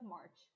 March